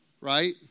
Right